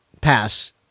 pass